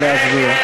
נא להצביע.